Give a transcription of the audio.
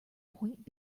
point